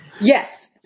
Yes